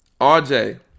RJ